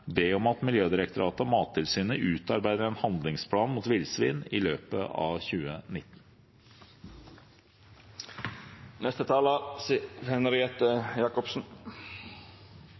be om at Miljødirektoratet og Mattilsynet utarbeider en handlingsplan mot villsvin i løpet av